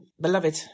beloved